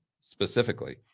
specifically